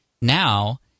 Now